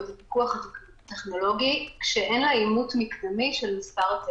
וזה פיקוח טכנולוגי שאין לו אימות מקדמי של מס' הטלפון.